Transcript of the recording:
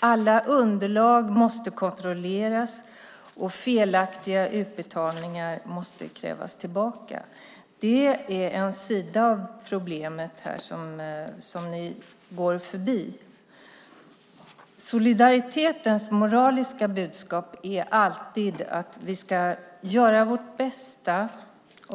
Alla underlag måste kontrolleras, och felaktiga utbetalningar måste krävas tillbaka. Det är en sida av problemet som ni går förbi. Solidaritetens moraliska budskap är alltid att vi ska göra vårt bästa.